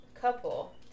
couple